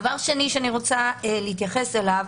דבר שני שאני רוצה להתייחס אליו: